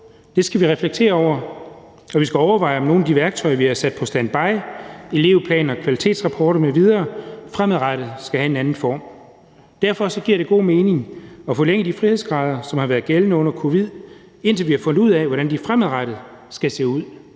Det skal vi reflektere over, og vi skal overveje, om nogle af de værktøjer, vi har sat på standby – elevplaner, kvalitetsrapporter m.v. – fremadrettet skal have en anden form. Derfor giver det god mening at forlænge de frihedsgrader, som har været gældende under covid, indtil vi har fundet ud af, hvordan de fremadrettet skal se ud.